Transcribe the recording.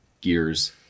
gears